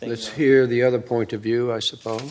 it's here the other point of view i suppose